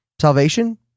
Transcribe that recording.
salvation